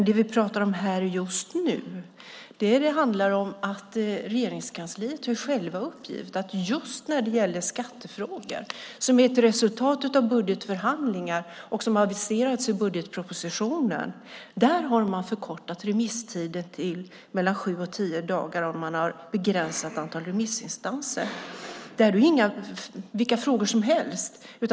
Det vi pratar om här just nu handlar om att man från Regeringskansliet själv har uppgivit att just när det gäller skattefrågor, som är ett resultat av budgetförhandlingar och som har aviserats i budgetpropositionen, har man förkortat remisstiden till mellan sju och tio dagar, och man har begränsat antalet remissinstanser. Detta är inte vilka frågor som helst.